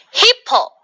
hippo